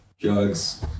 drugs